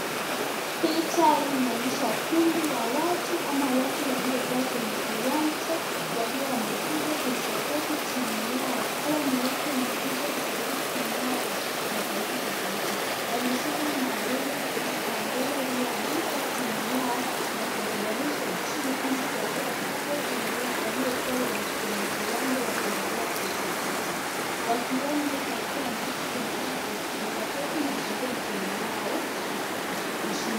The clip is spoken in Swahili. Picha hii inaonyesha kundi ya watu ama watu waliokuwa kwenye kiwanja wakiwa wamekuja kuisupporti timu yao. Hawa ni watu wamekuja kutafuta timu yao ya tofauti tofauti. Wameshika bendera iliyoandhikwa timu yao na kuipeperusha juu ili kuwapa support wenye waliokuwa kwenye kiwanja wakiendelea kuisupporti. Wakiona itawapa nguvu kuendelea kuisupporti na kuombea timu yao ushindi.